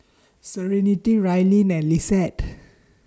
Serenity Raelynn and Lissette